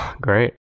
Great